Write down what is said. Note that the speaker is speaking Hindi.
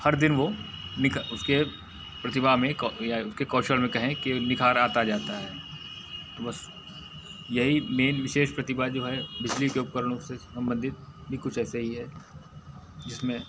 हर दिन वह नित उसके प्रतिभा में या उसके कौशल में कहें कि निखार आता जाता है तो बस यही मेन विशेष प्रतिभा जो है बिजली के उपकरणों से सम्बंधित भी कुछ ऐसे ही है जिसमें